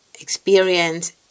experience